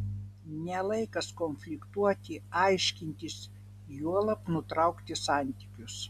ne laikas konfliktuoti aiškintis juolab nutraukti santykius